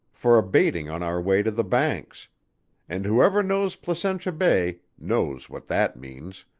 for a baiting on our way to the banks and whoever knows placentia bay knows what that means,